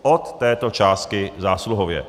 Od této částky zásluhově.